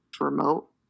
remote